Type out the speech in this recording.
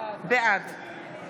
בעד